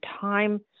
time